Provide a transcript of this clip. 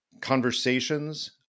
conversations